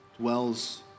dwells